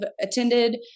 attended